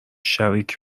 شریک